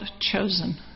chosen